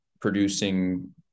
producing